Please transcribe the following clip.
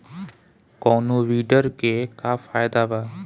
कौनो वीडर के का फायदा बा?